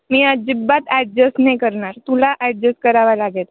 मी अजिबात ॲडजस नाही करणार तुला ॲडजस करावा लागेल